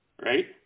Right